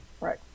Right